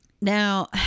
Now